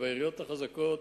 בעיריות החזקות,